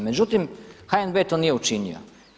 Međutim, HNB to nije učinio.